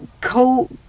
co